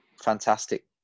fantastic